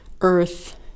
earth